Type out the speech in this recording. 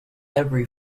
every